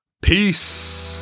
Peace